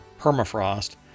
permafrost